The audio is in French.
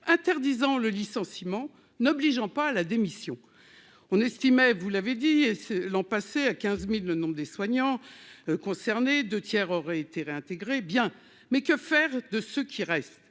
interdisant le licenciement n'obligeant pas la démission, on estimait, vous l'avez dit est-ce l'an passé à 15000 le nombre des soignants concernés 2 tiers auraient été réintégré bien mais que faire de ce qui reste